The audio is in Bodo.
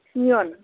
निय'न